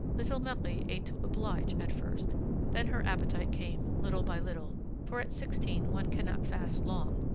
little marie ate to oblige at first then her appetite came, little by little for at sixteen one cannot fast long,